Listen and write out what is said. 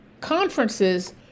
conferences